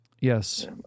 Yes